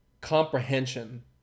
comprehension